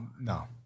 No